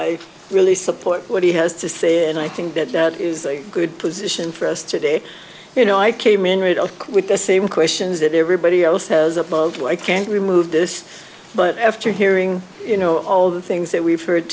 i really support what he has to say and i think that that is a good position for us today you know i came in radio with the same questions that everybody else has a bug why can't we move this but after hearing you know all the things that we've heard